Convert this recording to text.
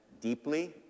deeply